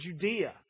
Judea